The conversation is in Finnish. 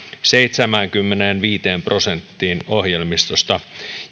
seitsemäänkymmeneenviiteen prosenttiin ohjelmistosta